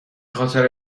خاطر